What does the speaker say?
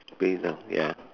good enough ya